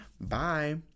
bye